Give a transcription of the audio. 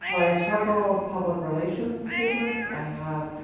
i have several public relations students. i have